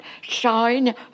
shine